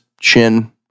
chin